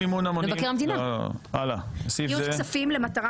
" אני אומר לעורך